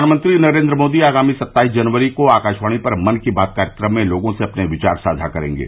प्रधानमंत्री नरेन्द्र मोदी आगामी सत्ताईस जनवरी को आकाशवाणी पर मन की बात कार्यक्रम में लोगों से अपने विचार साझा करेंगे